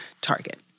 target